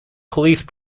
police